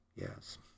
Yes